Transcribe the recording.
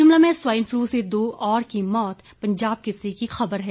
शिमला में swine flu से दो और की मौत पंजाब केसरी की खबर है